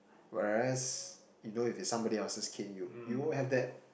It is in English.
whereas you know if it somebody else keen you you have that